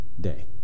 day